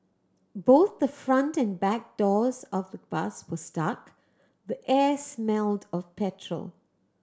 both the front and back doors of the bus were stuck the air smelled of petrol